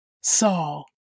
Saul